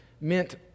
meant